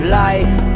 life